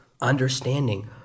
Understanding